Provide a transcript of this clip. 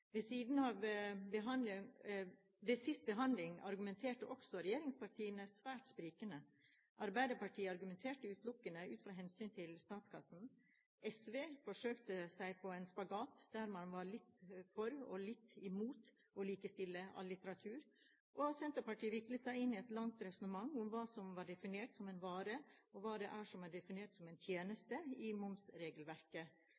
Ved siste behandling argumenterte også regjeringspartiene svært sprikende. Arbeiderpartiet argumenterte utelukkende ut fra hensynet til statskassen, SV forsøkte seg på en spagat, der man var litt for og litt imot å likestille all litteratur, og Senterpartiet viklet seg inn i et langt resonnement om hva som var definert som en vare, og hva det er som er definert som en